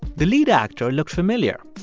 the lead actor looked familiar.